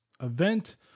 event